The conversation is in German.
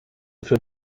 für